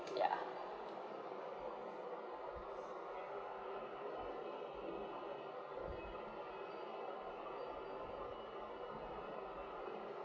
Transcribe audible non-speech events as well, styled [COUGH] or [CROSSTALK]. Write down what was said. yeah [BREATH]